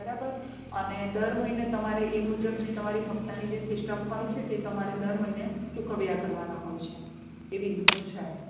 બરાબર અને દર મહિને તમારે એ મુજબ જે તમારી હપ્તાની જે સિસ્ટમ હોય છે તે તમારે દર મહિને ચુકવ્યા કરવાના હોય છે એવી રીતનું છે